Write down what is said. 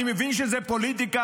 אני מבין שזאת פוליטיקה,